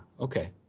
okay